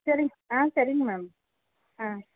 சரிங்க ஆ சரிங்க மேம் ஆ